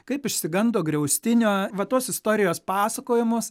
kaip išsigando griaustinio va tos istorijos pasakojamos